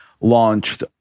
launched